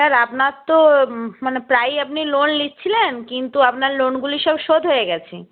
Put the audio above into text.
sir আপনার তো মানে প্রায়ই আপনি লোন নিচ্ছিলেন কিন্তু আপনার লোনগুলো সব শোধ হয়ে গেছে